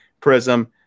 Prism